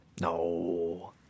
No